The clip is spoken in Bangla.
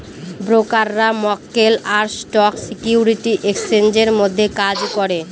ব্রোকাররা মক্কেল আর স্টক সিকিউরিটি এক্সচেঞ্জের মধ্যে কাজ করে